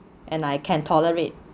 and I can tolerate